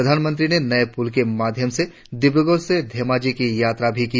प्रधानमंत्री ने नए पुल के माध्यम से डिब्रगढ़ से धेमाजी की यात्रा भी की